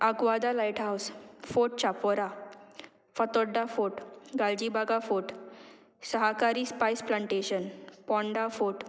Aguada lighthouse fort Chapora फोड्डा fort Galgibaga fort Sahakari spice plantation Ponda fort